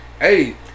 hey